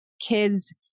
kids